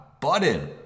button